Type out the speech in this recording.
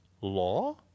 law